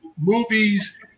movies